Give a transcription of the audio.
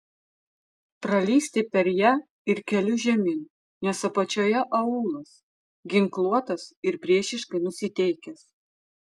pralįsti per ją ir keliu žemyn nes apačioje aūlas ginkluotas ir priešiškai nusiteikęs